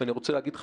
ואני רוצה להגיד לך,